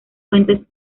puentes